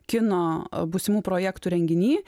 kino būsimų projektų renginy